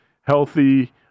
healthy